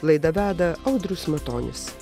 laidą veda audrius matonis